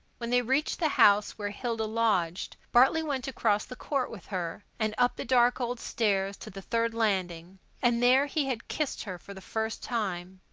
when they reached the house where hilda lodged, bartley went across the court with her, and up the dark old stairs to the third landing and there he had kissed her for the first time.